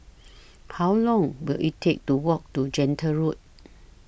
How Long Will IT Take to Walk to Gentle Road